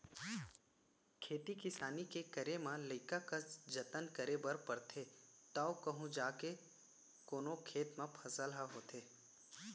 खेती किसानी के करे म लइका कस जनत करे बर परथे तव कहूँ जाके कोनो खेत म फसल ह होथे